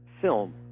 Film